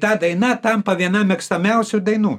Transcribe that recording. ta daina tampa viena mėgstamiausių dainų